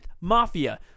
Mafia